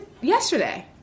yesterday